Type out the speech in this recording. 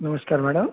नमस्कार मॅडम